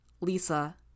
Lisa